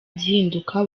gihinduka